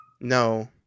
No